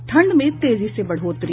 ठंड में तेजी से बढ़ोतरी